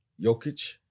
Jokic